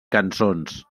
cançons